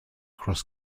cross